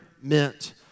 meant